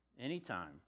Anytime